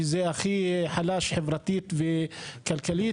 שזה הכי חלש חברתית וכלכלית.